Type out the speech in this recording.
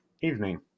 Evening